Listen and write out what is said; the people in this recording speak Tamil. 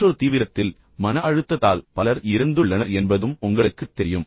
மற்றொரு தீவிரத்தில் மன அழுத்தத்தால் பலர் இறந்துள்ளனர் என்பதும் உங்களுக்குத் தெரியும்